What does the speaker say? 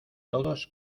todos